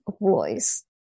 voice